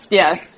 yes